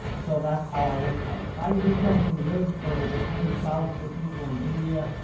so, that's how i look at it. if i can do something good for tens of thousands of people in india,